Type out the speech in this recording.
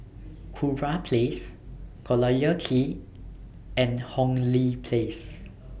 Kurau Place Collyer Quay and Hong Lee Place